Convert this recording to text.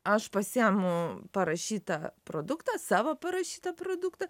aš pasiimu parašytą produktą savo parašytą produktą